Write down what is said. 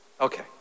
Okay